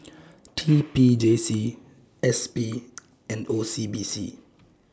T P J C S P and O C B C